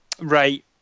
right